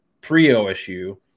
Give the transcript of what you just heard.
pre-OSU